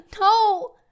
No